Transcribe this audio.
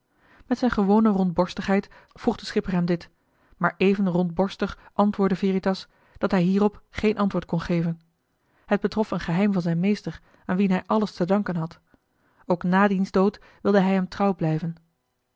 met zijn gewone rondborstigheid vroeg de schipper hem dit maar even rondborstig antwoordde veritas dat hij hierop geen antwoord kon geven het betrof een geheim van zijn meester aan wien hij alles te danken had ook na diens dood wilde hij hem trouw blijven